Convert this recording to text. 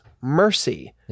mercy